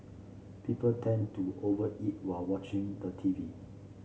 people tend to over eat while watching the T V